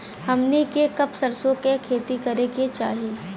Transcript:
हमनी के कब सरसो क खेती करे के चाही?